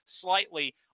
slightly